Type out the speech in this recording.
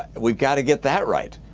we got to get that right.